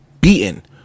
beaten